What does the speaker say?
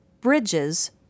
bridges